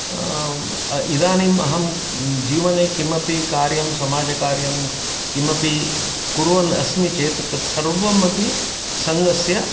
इदानीम् अहं जीवने किमपि कार्यं समाजकार्यं किमपि कुर्वन्नस्मि चेत् तत्सर्वमपि सङ्घस्य